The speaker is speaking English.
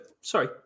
sorry